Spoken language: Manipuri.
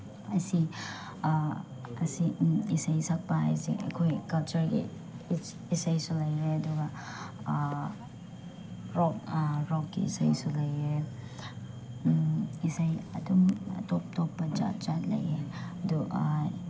ꯑꯁꯤ ꯑꯁꯤ ꯏꯁꯩ ꯁꯛꯄ ꯍꯥꯏꯁꯦ ꯑꯩꯈꯣꯏ ꯀꯜꯆꯔꯒꯤ ꯏꯁꯩꯁꯨ ꯂꯩꯔꯦ ꯑꯗꯨꯒ ꯔꯣꯛ ꯔꯣꯛꯀꯤ ꯏꯁꯩꯁꯨ ꯂꯩꯌꯦ ꯏꯁꯩ ꯑꯗꯨꯝ ꯑꯇꯣꯞ ꯑꯇꯣꯞꯄ ꯖꯥꯠ ꯖꯥꯠ ꯂꯩꯌꯦ ꯑꯗꯨ